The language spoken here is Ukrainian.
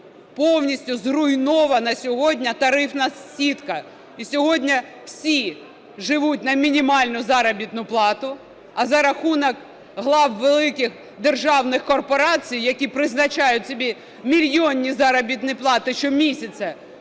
повністю зруйнована сьогодні тарифна сітка. І сьогодні всі живуть на мінімальну заробітну плату. А за рахунок глав великих державних корпорацій, які призначають собі мільйонні заробітні плати щомісяця,